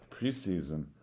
preseason